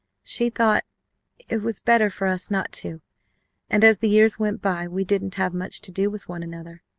she thought it was better for us not to and as the years went by we didn't have much to do with one another.